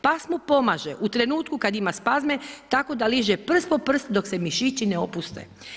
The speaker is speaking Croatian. Pas mu pomaže, u trenutku kada ima spazme tako da liže prst po prst dok se mišić ne opuste.